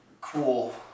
cool